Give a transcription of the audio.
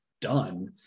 done